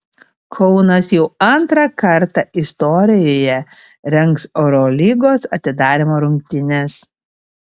kaunas jau antrą kartą istorijoje rengs eurolygos atidarymo rungtynes